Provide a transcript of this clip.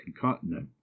continent